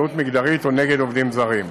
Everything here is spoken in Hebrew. זהות מגדרית או נגד עובדים זרים".